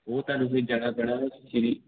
ਉਹ ਤੁਹਾਨੂੰ ਫਿਰ ਜਾਣਾ ਪੈਣਾ ਵਾ ਸ਼੍ਰੀ